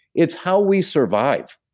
it's how we survive.